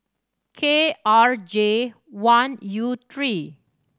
K R J one U three